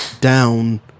down